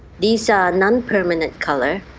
these are non-permanent color